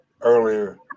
earlier